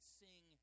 sing